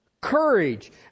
courage